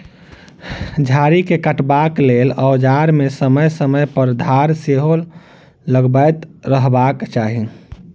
झाड़ी के काटबाक लेल औजार मे समय समय पर धार सेहो लगबैत रहबाक चाही